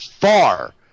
far